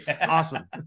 awesome